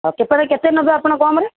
ତଥାପି କେତେ ନେବେ ଆପଣ କମ୍ରେ